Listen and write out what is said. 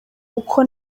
uko